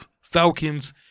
Falcons